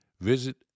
visit